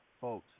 folks